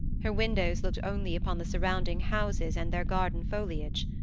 her windows looked only upon the surrounding houses and their garden foliage.